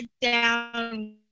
down